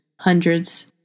hundreds